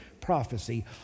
prophecy